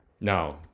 Now